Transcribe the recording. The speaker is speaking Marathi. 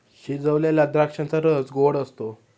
शिजवलेल्या द्राक्षांचा रस गोड असतो